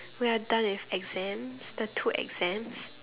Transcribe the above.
we are done with exams the two exams